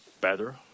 better